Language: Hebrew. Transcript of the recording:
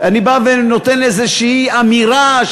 שאני בא ונותן איזושהי אמירה,